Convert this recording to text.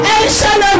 Ancient